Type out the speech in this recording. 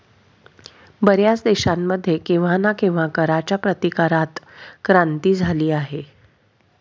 बर्याच देशांमध्ये केव्हा ना केव्हा कराच्या प्रतिकारात क्रांती झाली आहे